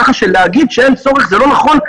כך שלהגיד שאין צורך זה לא נכון.